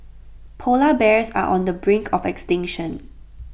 Polar Bears are on the brink of extinction